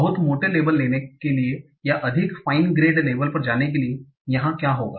बहुत मोटे लेबल लेने के लिए या अधिक फ़ाइन ग्रेंड लेबल पर जाने के लिए यहाँ क्या होगा